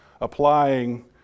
applying